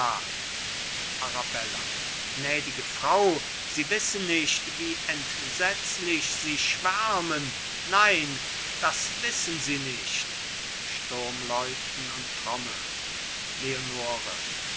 arabella gnädige frau sie wissen nicht wie entsetzlich sie schwärmen nein das wissen sie nicht sturmläuten und trommeln leonore